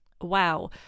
wow